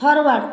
forward